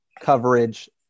Coverage